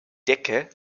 decke